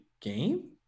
game